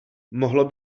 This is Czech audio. mohlo